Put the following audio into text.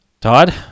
Todd